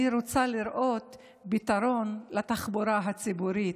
אני רוצה לראות פתרון לתחבורה הציבורית,